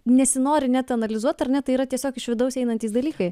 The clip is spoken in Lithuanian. nesinori net analizuot ar ne tai yra tiesiog iš vidaus einantys dalykai